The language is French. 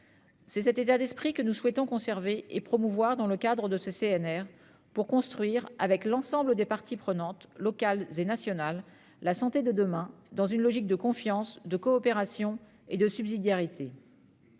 C'est cet état d'esprit que nous souhaitons conserver et promouvoir dans le cadre de ce CNR, pour construire la santé de demain avec l'ensemble des parties prenantes, locales et nationales, dans une logique de confiance, de coopération et de subsidiarité.